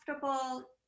comfortable